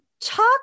talk